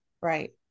Right